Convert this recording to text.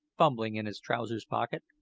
fumbling in his trousers pocket,